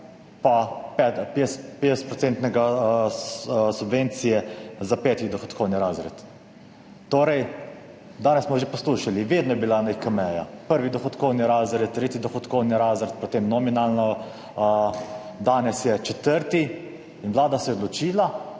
subvencije za peti dohodkovni razred. Danes smo že poslušali, vedno je bila neka meja, prvi dohodkovni razred, tretji dohodkovni razred, potem nominalno, danes je četrti. In Vlada se je odločila